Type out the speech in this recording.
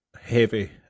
heavy